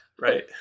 Right